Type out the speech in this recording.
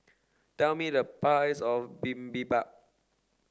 tell me the price of Bibimbap